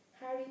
Harry